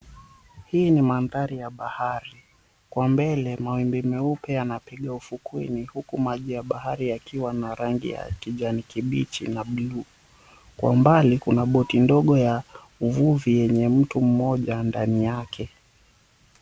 Hii ni mandhari ya bahari kwa mbele mawimbi meupe yanapiga ufukweni huku maji ya bahari yakiwa na rangi ya kijani kibichi na bluu kwa umbali kuna boti ndogo ya uvuvi yenye mtu mmoja ndani yake.